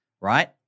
Right